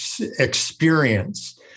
experience